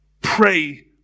Pray